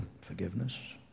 forgiveness